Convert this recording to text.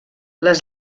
les